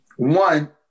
One